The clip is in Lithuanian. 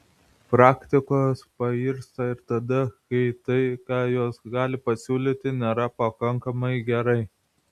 praktikos pairsta ir tada kai tai ką jos gali pasiūlyti nėra pakankamai gerai